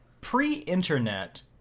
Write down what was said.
Pre-internet